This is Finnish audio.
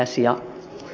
kiitos